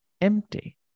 empty